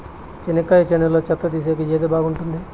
చెనక్కాయ చేనులో చెత్త తీసేకి ఏది బాగుంటుంది?